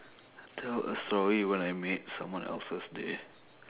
tell a story when I made someone else's day